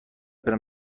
برم